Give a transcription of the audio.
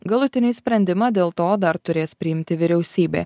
galutinį sprendimą dėl to dar turės priimti vyriausybė